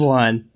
one